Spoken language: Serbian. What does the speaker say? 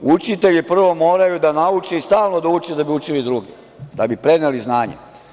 Učitelji prvo moraju da nauče i stalno da uče da bi učili druge, da bi preneli znanje.